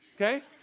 Okay